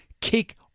kick